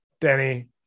Denny